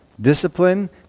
Discipline